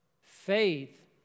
faith